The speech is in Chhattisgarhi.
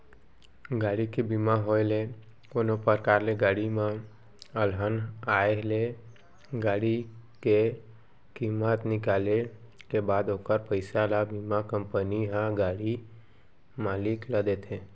गाड़ी के बीमा होय ले कोनो परकार ले गाड़ी म अलहन आय ले गाड़ी के कीमत निकाले के बाद ओखर पइसा ल बीमा कंपनी ह गाड़ी मालिक ल देथे